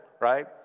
right